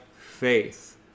faith